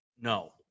No